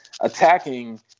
attacking